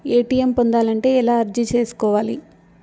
ATM పొందాలంటే ఎలా అర్జీ సేసుకోవాలి?